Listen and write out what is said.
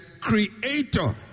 Creator